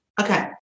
Okay